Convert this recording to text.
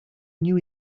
new